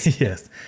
Yes